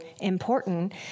important